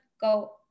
go